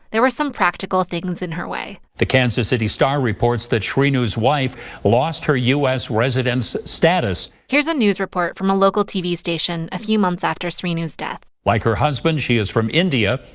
there were some practical things in her way the kansas city star reports that srinu's wife lost her u s. residence status here's a news report from a local tv station a few months after srinu's death like her husband, she is from india.